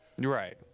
Right